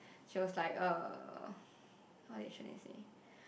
she was like uh what did Sharlene say